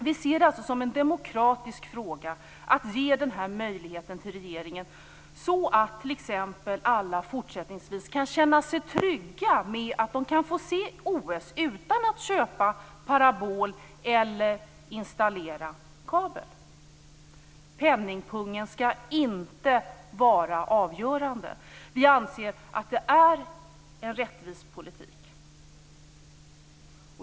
Vi ser det som en demokratisk fråga att ge denna möjlighet till regeringen, så att alla fortsättningsvis kan känna sig trygga med att de kan få se OS utan att köpa parabol eller installera kabel. Penningpungen skall inte vara avgörande. Vi anser att det är en rättvis politik.